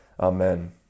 amen